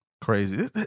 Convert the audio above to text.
crazy